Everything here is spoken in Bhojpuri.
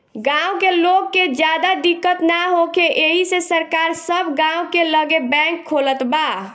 गाँव के लोग के ज्यादा दिक्कत ना होखे एही से सरकार सब गाँव के लगे बैंक खोलत बा